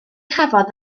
chafodd